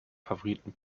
favoriten